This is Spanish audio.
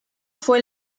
fue